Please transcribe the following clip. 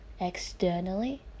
externally